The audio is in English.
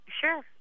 Sure